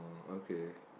oh okay